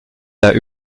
der